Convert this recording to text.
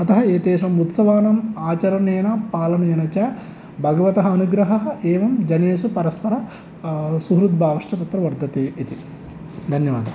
अतः एतेषाम् उत्सवानाम् आचरणेन पालनेन च भगवतः अनुग्रहः एवं जनेषु परस्पर सुहृद्भावश्च तत्र वर्तते इति धन्यवादः